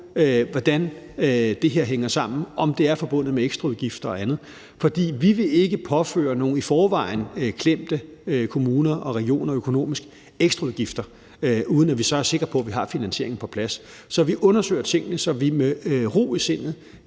hvordan det her hænger sammen, om det er forbundet med ekstraudgifter og andet, for vi vil ikke påføre nogen i forvejen økonomisk klemte kommuner og regioner ekstraudgifter, uden at vi så er sikre på, at vi har finansieringen på plads. Så vi undersøger tingene, så vi med ro i sindet